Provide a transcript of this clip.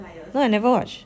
yeah I never watch